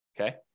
Okay